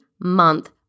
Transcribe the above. month